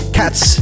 cats